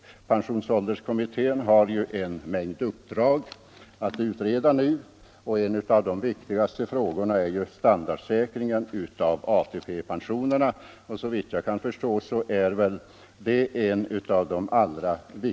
Pensionsålderskommittén har nu en mängd utredningsuppdrag, och en av de viktigaste frågorna är, såvitt jag kan förstå, standardsäkringen av ATP-pensionerna.